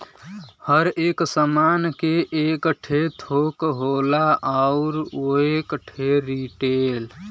हर एक सामान के एक ठे थोक होला अउर एक ठे रीटेल